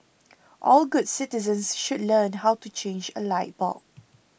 all good citizens should learn how to change a light bulb